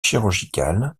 chirurgicale